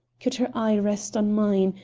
could her eye rest on mine,